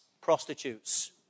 prostitutes